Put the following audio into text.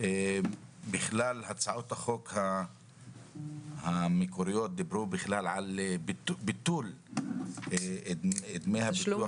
הצעות החוק המקוריות דיברו על ביטול דמי הביטוח